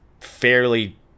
fairly